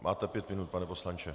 Máte pět minut, pane poslanče.